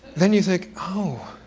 then you think, oh,